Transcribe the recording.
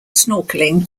snorkeling